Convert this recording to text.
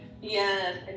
Yes